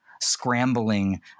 scrambling